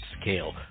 scale